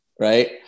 right